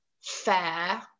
fair